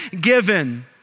given